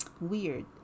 Weird